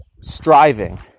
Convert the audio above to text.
striving